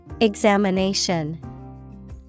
Examination